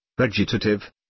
vegetative